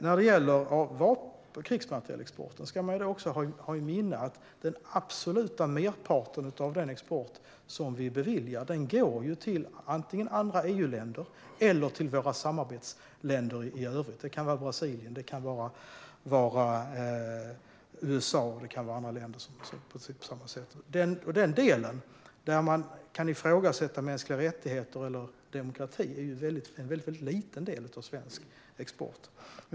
När det gäller krigsmaterielexporten ska man ha i minnet att den absoluta merparten av den export som vi beviljar antingen går till andra EUländer eller till våra samarbetsländer i övrigt, till exempel Brasilien, USA och andra länder. Den del av svensk export där man kan ifrågasätta mänskliga rättigheter och demokrati är väldigt liten.